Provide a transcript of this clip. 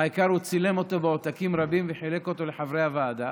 העיקר הוא צילם אותו בעותקים רבים וחילק אותו לחברי הוועדה,